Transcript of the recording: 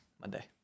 Monday